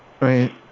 right